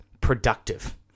productive